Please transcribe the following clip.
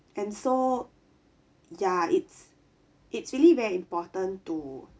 and so ya it's it's really very important to